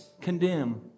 condemn